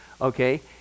okay